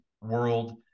world